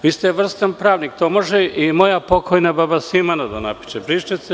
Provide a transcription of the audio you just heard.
Vi ste vrstan pravnik, to može i moja pokojna baba Simana da napiše, briše se.